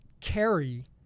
carry